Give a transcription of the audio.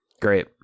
Great